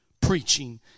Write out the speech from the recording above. preaching